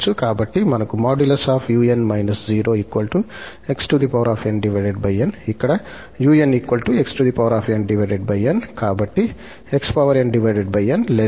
కాబట్టి మనకు | 𝑢𝑛 0 | 𝑥𝑛𝑛 ఇక్కడ 𝑢𝑛𝑥𝑛𝑛 కాబట్టి 𝑥𝑛𝑛 1𝑛